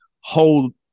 hold